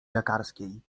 lekarskiej